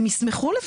הם ישמחו לפתרון הזה.